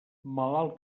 malalt